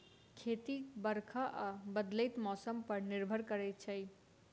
खेती बरखा आ बदलैत मौसम पर निर्भर करै छै